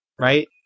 Right